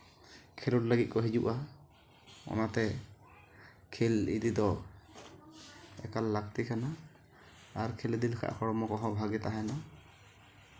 ᱠᱷᱮᱞᱳᱰ ᱞᱟᱹᱜᱤᱫ ᱠᱚ ᱦᱤᱡᱩᱜᱼᱟ ᱚᱱᱟᱛᱮ ᱠᱷᱮᱞ ᱤᱫᱤ ᱫᱚ ᱮᱠᱟᱞ ᱞᱟᱹᱠᱛᱤ ᱠᱟᱱᱟ ᱟᱨ ᱠᱷᱮᱞ ᱤᱫᱤ ᱞᱮᱠᱷᱟᱱ ᱦᱚᱲᱢᱚ ᱠᱚᱦᱚᱸ ᱵᱷᱟᱜᱮ ᱛᱟᱦᱮᱱᱟ